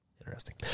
Interesting